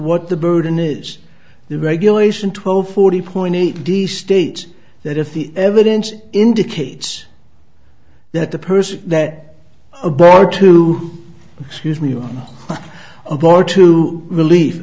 what the burden is the regulation twelve forty point eight d state that if the evidence indicates that the person that a board to excuse me on a board to relief